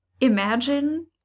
imagine